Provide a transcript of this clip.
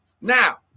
Now